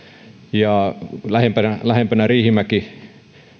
ja lähempänä lähempänä riihimäki